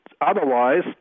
otherwise